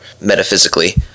metaphysically